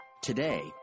Today